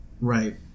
right